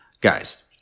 Guys